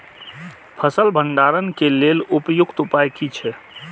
फसल भंडारण के लेल उपयुक्त उपाय कि छै?